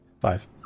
Five